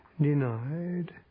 denied